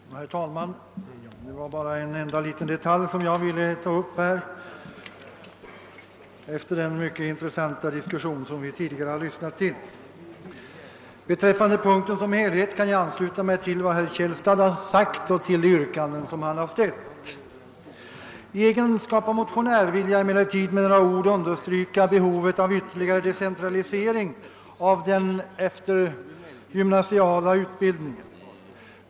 Herr talman! Jag vill bara ta upp en enda liten detalj efter den mycket intressanta diskussion som vi nyss har lyssnat till. Beträffande punkten 2 som helhet kan jag ansluta mig till vad herr Källstad har anfört och de yrkanden han har framställt. I egenskap av motionär vill jag emellertid med några ord understryka behovet av ytterligare decentralisering av den eftergymnasiala utbildningen.